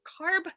carb